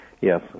Yes